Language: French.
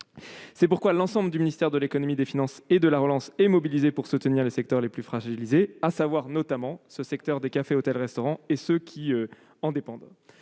raison pour laquelle l'ensemble du ministère de l'économie, des finances et de la relance est mobilisé pour soutenir les secteurs les plus fragilisés, notamment celui des cafés, hôtels et restaurants (CHR) et ceux qui en dépendent.